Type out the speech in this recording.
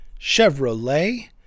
Chevrolet